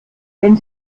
wenn